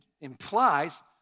implies